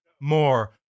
more